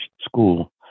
school